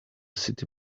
city